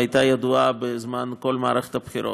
אלא הייתה ידועה בזמן כל מערכת הבחירות.